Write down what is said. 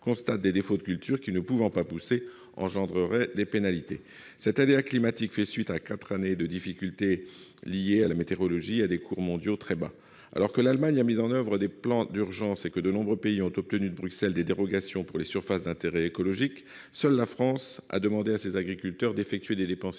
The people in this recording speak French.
constate des défauts de cultures dus à l'absence de pousse, susceptibles d'engendrer des pénalités ! Cet aléa climatique fait suite à quatre années de difficultés liées à la météorologie et à des cours mondiaux très bas. Alors que l'Allemagne a mis en oeuvre des plans d'urgence et que de nombreux pays ont obtenu de Bruxelles des dérogations pour les surfaces d'intérêt écologique, seule la France a demandé à ses agriculteurs d'effectuer des dépenses inutiles